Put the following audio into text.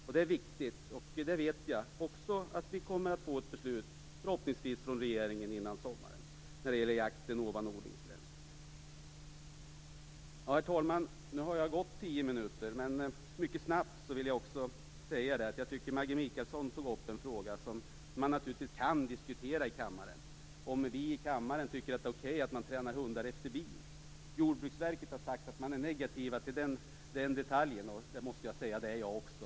Jakten ovan odlingsgränsen är viktig, och vi kommer förhoppningsvis att få ett beslut om den från regeringen före sommaren. Herr talman! Nu har jag talat i mina tio minuter, men jag vill också mycket snabbt kommentera den fråga Maggi Mikaelsson tog upp. Naturligtvis kan vi diskutera i kammaren om vi tycker att det är okej att man tränar hundar efter bil. Jordbruksverket har sagt att det är negativt till den detaljen, och jag måste säga att det är jag också.